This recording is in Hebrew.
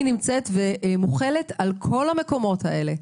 החובה נמצאת ומוחלת על כל המקומות האלה,